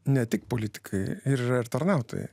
ne tik politikai ir tarnautojai